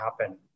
happen